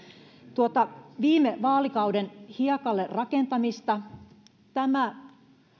tuota viime vaalikauden hiekalle rakentamista sen perintöä tämä